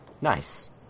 Nice